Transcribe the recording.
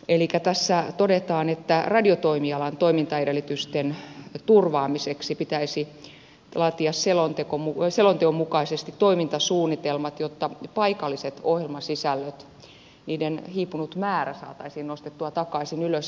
elikkä tässä todetaan että radiotoimialan toimintaedellytysten turvaamiseksi pitäisi laatia selonteon mukaisesti toimintasuunnitelmat jotta paikalliset ohjelmasisällöt niiden hiipunut määrä saataisiin nostettua takaisin ylös